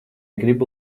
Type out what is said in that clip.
gribu